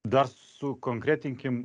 dar sukonkretinkim